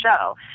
show